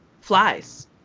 flies